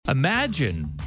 Imagine